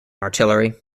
artillery